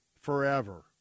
forever